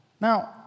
Now